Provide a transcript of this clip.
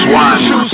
one